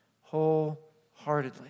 wholeheartedly